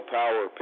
power